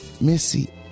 Missy